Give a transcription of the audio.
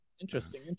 interesting